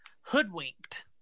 hoodwinked